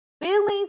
Feelings